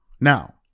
Now